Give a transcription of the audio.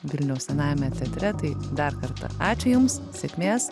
vilniaus senajame teatre tai dar kartą ačiū jums sėkmės